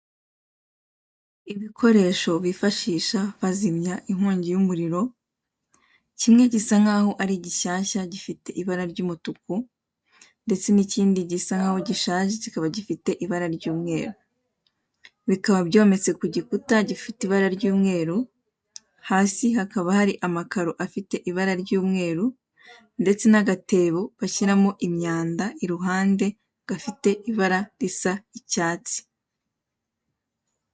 Ibikoresho bifashisha bazimya inkongi yumuriro kimwe gisa nkaho ari gishyashya gifite ibara ryumutuku ndetse nikindi gisankaho nkigishaje kikaba gifite ibara ryumweru bikaba byometse kugikuta gifite ibara ryumweru hasi hakaba haramakaro afite ibara ryumweru ndetse nagatebo bashyiramo imyanda iruhande gafite ibara risa icyatsi.